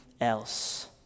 else